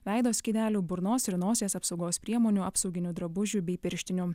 veido skydelių burnos ir nosies apsaugos priemonių apsauginių drabužių bei pirštinių